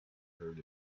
heard